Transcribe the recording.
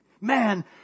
Man